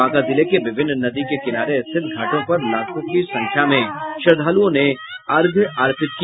बांका जिले के विभिन्न नदी के किनारे स्थित घाटों पर लाखों की संख्या में श्रद्वालुओं ने अर्घ्य अर्पित किया